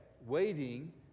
Waiting